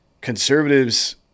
conservatives